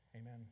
Amen